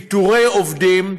פיטורי עובדים,